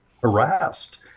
harassed